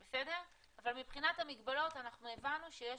אבל מבחינת המגבלות אנחנו הבנו שיש